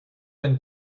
than